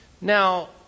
Now